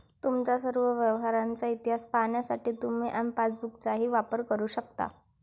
तुमच्या सर्व व्यवहारांचा इतिहास पाहण्यासाठी तुम्ही एम पासबुकचाही वापर करू शकता